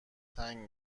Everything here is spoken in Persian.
تنگ